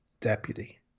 deputy